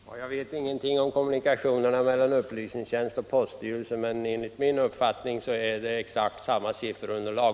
Herr talman! Jag vet ingenting om kommunikationerna mellan upplysningstjänsten och poststyrelsen, men enligt min uppfattning har vi exakt samma sifferunderlag.